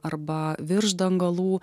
arba virš dangalų